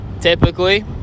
Typically